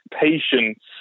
patience